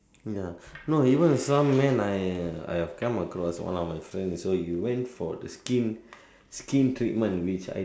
ya no even some men I I have come across one of my friend so he went for skin skin treatment which I